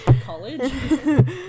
college